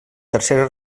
tercera